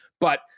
but-